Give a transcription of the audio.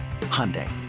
Hyundai